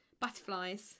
Butterflies